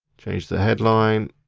change the headline.